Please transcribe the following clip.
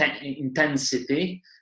intensity